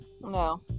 No